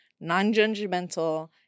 non-judgmental